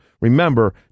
Remember